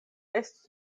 estus